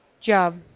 job